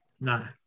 No